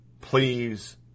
Please